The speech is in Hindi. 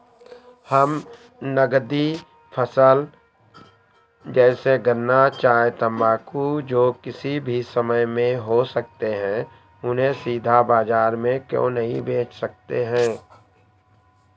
हम नगदी फसल जैसे गन्ना चाय तंबाकू जो किसी भी समय में हो सकते हैं उन्हें सीधा बाजार में क्यो नहीं बेच सकते हैं?